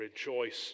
rejoice